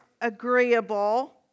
agreeable